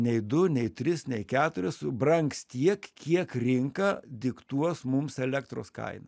nei du nei tris nei keturis brangs tiek kiek rinka diktuos mums elektros kainą